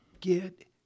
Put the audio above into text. get